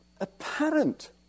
apparent